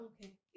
okay